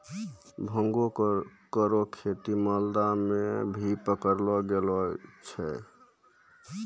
भांगो केरो खेती मालदा म भी पकड़लो गेलो छेलय